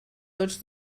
tots